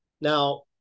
Now